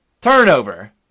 Turnover